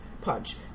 punch